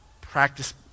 practice